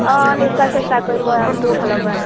অঁ নিশ্চয় চেষ্টা কৰিম মই মোৰ ফালৰ পৰা